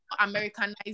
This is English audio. Americanized